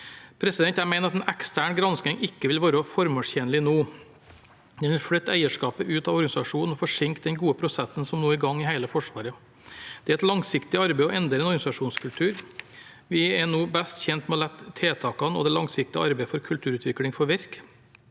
Jeg mener at en ekstern gransking ikke vil være formålstjenlig nå. Den vil flytte eierskapet ut av organisasjonen og forsinke den gode prosessen som nå er i gang i hele Forsvaret. Det er et langsiktig arbeid å endre en organisasjonskultur. Vi er nå best tjent med å la tiltakene og det langsiktige arbeidet for kulturutvikling få virke.